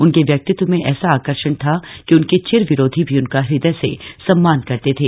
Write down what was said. उनके व्यक्तित्व में ऐसा आकर्षण ऐसा था कि उनके चिर विरोधी भी उनका हृदय से सम्मान करते थे